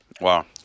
wow